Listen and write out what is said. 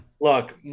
look